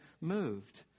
moved